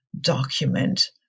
document